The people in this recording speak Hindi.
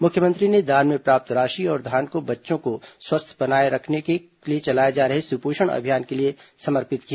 मुख्यमंत्री ने दान में प्राप्त राशि और धान को बच्चों को स्वस्थ बनाए जाने के लिए चलाए जा रहे सुपोषण अभियान के लिए समर्पित किया